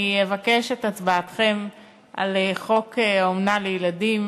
אני אבקש את הצבעתכם על חוק אומנה לילדים.